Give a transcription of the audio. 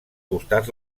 costats